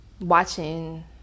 watching